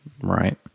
Right